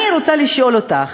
אני רוצה לשאול אותך,